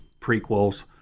prequels